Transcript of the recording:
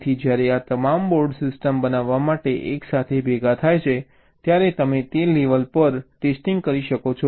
તેથી જ્યારે આ તમામ બોર્ડ સિસ્ટમ બનાવવા માટે એકસાથે ભેગા થાય છે ત્યારે તમે તે લેવલે પણ ટેસ્ટિંગ કરી શકો છો